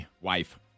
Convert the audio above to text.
Wife